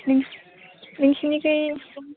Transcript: नों नोंसिनिजाय